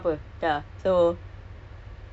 tu kat jurong east lah